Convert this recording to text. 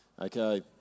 Okay